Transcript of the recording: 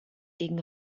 gegen